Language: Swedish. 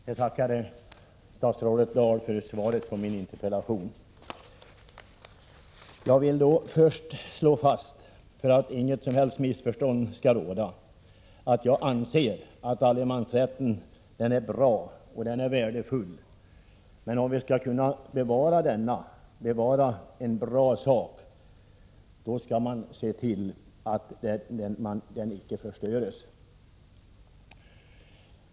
Herr talman! Jag tackar statsrådet Dahl för svaret på min interpellation. Jag vill först slå fast, för att inget missförstånd skall råda, att jag anser att allemansrätten är bra och värdefull. Men om vi skall kunna bevara denna goda sak, måste vi se till att den inte förstörs.